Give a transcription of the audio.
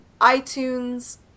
iTunes